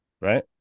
Right